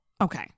okay